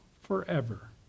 forever